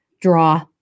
draw